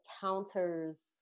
counters